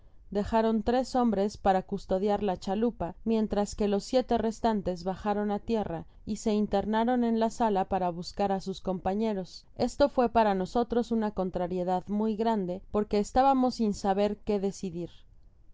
dejaron tres hombres para custodiar la chalupa mientras que los siete restan tes bajaron á tierra y se internaron en la isla para buscar á sus companeros esto fué para nosotros una contrariedad muy grande porque estábamos sin saber que decidir